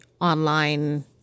online